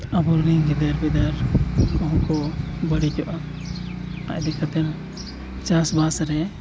ᱟᱵᱚ ᱨᱮᱱ ᱜᱤᱫᱟᱹᱨ ᱯᱤᱫᱟᱹᱨ ᱦᱚᱸ ᱠᱚ ᱵᱟᱹᱲᱤᱡᱚᱜᱼᱟ ᱱᱚᱣᱟ ᱤᱫᱤ ᱠᱟᱛᱮ ᱪᱟᱥᱵᱟᱥ ᱨᱮ